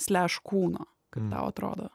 sleš kūno tau atrodo